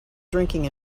drinking